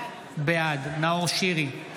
בעד נאור שירי,